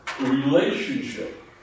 relationship